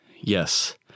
Yes